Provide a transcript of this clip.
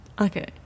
Okay